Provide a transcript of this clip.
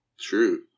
True